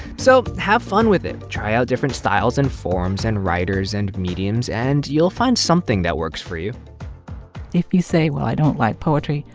so have fun with it. try out different styles and forms and writers and mediums, and you'll find something that works for you if you say, well, i don't like poetry,